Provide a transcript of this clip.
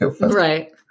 Right